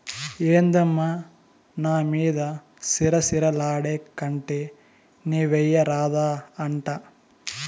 ఏందమ్మా నా మీద సిర సిర లాడేకంటే నీవెయ్యరాదా అంట